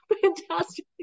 fantastic